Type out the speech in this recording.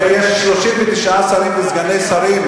הרי יש 39 שרים וסגני שרים,